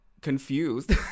confused